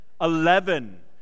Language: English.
Eleven